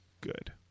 good